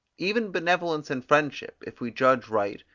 even benevolence and friendship, if we judge right,